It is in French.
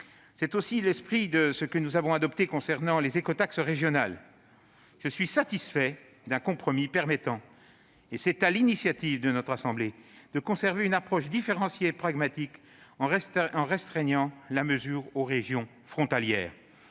est aussi l'esprit de la disposition que nous avons adoptée concernant les écotaxes régionales. Je suis satisfait d'un compromis qui permet, sur l'initiative de notre assemblée, de conserver une approche différenciée et pragmatique en restreignant la mesure aux régions frontalières.